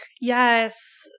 yes